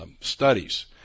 studies